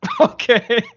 Okay